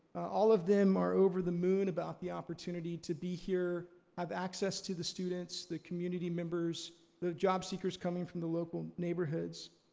all of them are over the moon about the opportunity to be here, have access to the students, the community members, the job seekers coming from the local neighborhoods.